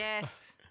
Yes